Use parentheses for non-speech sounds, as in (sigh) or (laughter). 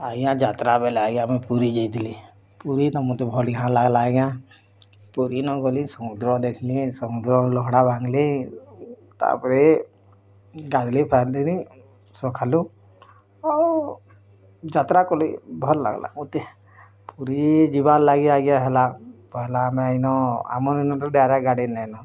ଆଜ୍ଞା ଯାତ୍ରା ବେଲେ ଆଜ୍ଞା ମୁଇଁ ପୁରୀ ଯାଇଥିଲି ପୁରୀ ତ ମୋତେ ଭଲ୍ ବଢ଼ିଆ ଲାଗ୍ଲା ଆଜ୍ଞା ପୁରୀ ନ ଗଲି ସମୁଦ୍ର ଦେଖିଲି ସମୁଦ୍ର ଲହଡ଼ା ଭାଙ୍ଗିଲି ତା ପରେ ଗାଧେଇଲି ପଧେଇଲି ସକାଳୁ ଯାତ୍ରା କଲି ଭଲ୍ ଲାଗ୍ଲା ମୋତେ ପୁରୀ ଯିବାର୍ ଲାଗି ଆଜ୍ଞା ହେଲା ପହେଲା ଆମେ ଏଇନୁ ଆମର୍ (unintelligible) ଡାଇରେକ୍ଟ୍ ଗାଡ଼ି ନେଇଁନ